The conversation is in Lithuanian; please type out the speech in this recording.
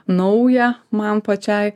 nauja man pačiai